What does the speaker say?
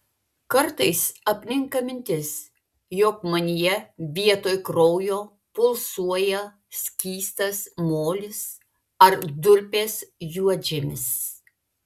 kartais apninka mintis jog manyje vietoj kraujo pulsuoja skystas molis ar durpės juodžemis